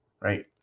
Right